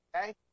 okay